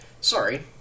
Sorry